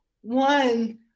one